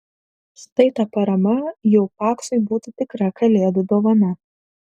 štai ta parama jau paksui būtų tikra kalėdų dovana